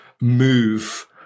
move